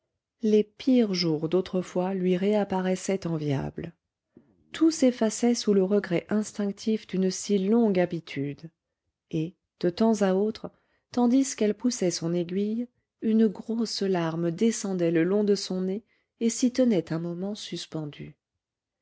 les pires jours d'autrefois lui réapparaissaient enviables tout s'effaçait sous le regret instinctif d'une si longue habitude et de temps à autre tandis qu'elle poussait son aiguille une grosse larme descendait le long de son nez et s'y tenait un moment suspendue